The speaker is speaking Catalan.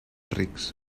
rics